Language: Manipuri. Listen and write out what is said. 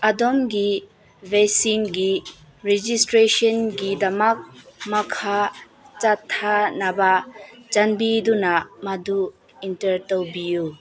ꯑꯗꯣꯝꯒꯤ ꯕꯦꯛꯁꯤꯟꯒꯤ ꯔꯦꯖꯤꯁꯇ꯭ꯔꯦꯁꯟꯒꯤꯗꯃꯛ ꯃꯈꯥ ꯆꯠꯊꯅꯕ ꯆꯥꯟꯕꯤꯗꯨꯅ ꯃꯗꯨ ꯏꯟꯇꯔ ꯇꯧꯕꯤꯎ